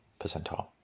percentile